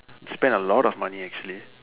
spend a lot of money actually